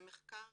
זה מחקר